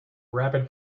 rapid